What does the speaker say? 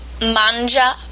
mangia